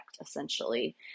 essentially